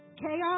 chaos